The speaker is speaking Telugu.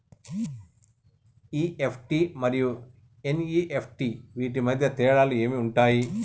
ఇ.ఎఫ్.టి మరియు ఎన్.ఇ.ఎఫ్.టి వీటి మధ్య తేడాలు ఏమి ఉంటాయి?